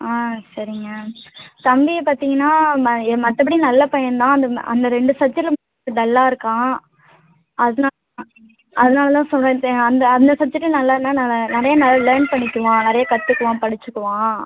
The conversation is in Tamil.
ஆ சரிங்க தம்பியை பார்த்திங்கன்னா மய் மற்றபடி நல்ல பையன் தான் அந்த மே அந்த ரெண்டு சப்ஜெக்ட்டில மட்டும் டல்லாக இருக்கான் அதுனா அதனால தான் சொல்லுறேன் தே அந்த அந்த சப்ஜெக்ட்டு நல்லானா நிறைய லேர்ன் பண்ணிக்குவான் நிறைய கற்றுக்குவான் படிச்சிக்குவான்